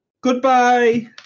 Goodbye